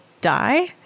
die